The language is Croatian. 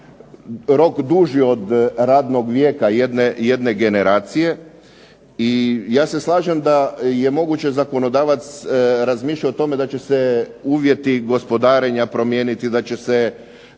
rok duži od radnog vijeka jedne generacije, i ja se slažem da je moguće zakonodavac razmišljao o tome da će se uvjeti gospodarenja promijeniti, da će se